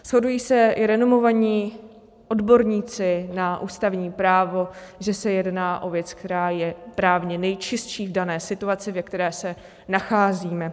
Shodují se i renomovaní odborníci na ústavní právo, že se jedná o věc, která je právně nejčistší v dané situaci, ve které se nacházíme.